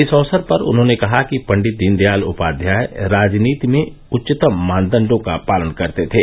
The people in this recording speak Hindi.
इस अवसर पर उन्होंने कहा कि पंडित दीनदयाल उपाध्याय राजनीति में उच्चतम मानदंडो का पालन करते थे